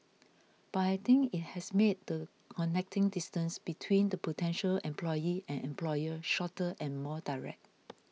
but I think it has made the connecting distance between the potential employee and employer shorter and more direct